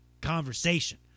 conversation